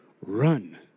Run